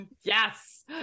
Yes